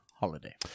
Holiday